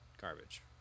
garbage